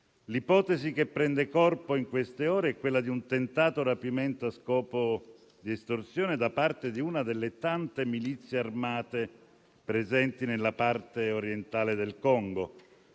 L'ipotesi che prende corpo in queste ore è quella di un tentato rapimento a scopo di estorsione da parte di una delle tante milizie armate presenti nella parte orientale del Congo.